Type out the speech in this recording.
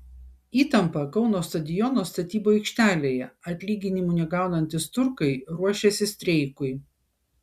įtampa kauno stadiono statybų aikštelėje atlyginimų negaunantys turkai ruošiasi streikui